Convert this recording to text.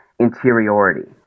interiority